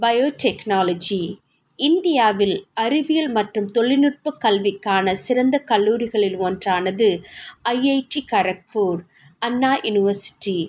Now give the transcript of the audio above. bio technology இந்தியாவில் அறிவியல் மற்றும் தொழில்நுட்பக் கல்விக்கான சிறந்த கல்லூரிகளில் ஒன்றானது ஐஐடி கரக்பூர் அண்ணா யுனிவர்சிட்டி